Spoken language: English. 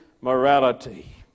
morality